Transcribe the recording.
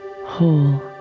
whole